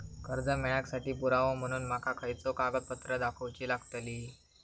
कर्जा मेळाक साठी पुरावो म्हणून माका खयचो कागदपत्र दाखवुची लागतली?